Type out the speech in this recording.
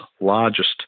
largest